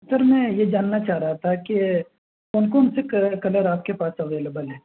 سر میں یہ جاننا چاہ رہا تھا کہ کون کون سے کلر آپ کے پاس اویلبل ہیں